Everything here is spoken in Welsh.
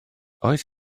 oes